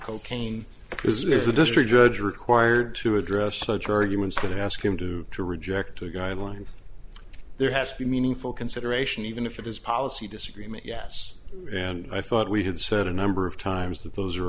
cocaine this is the district judge required to address such arguments to the ask him to to reject a guideline there has to be meaningful consideration even if it is policy disagreement yes and i thought we had said a number of times that those are